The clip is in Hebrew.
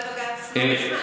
הוגשה עתירה לבג"ץ לא מזמן.